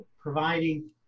providing